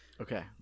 Okay